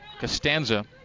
Costanza